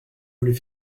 voulez